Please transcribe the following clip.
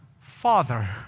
Father